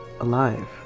alive